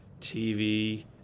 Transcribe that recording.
TV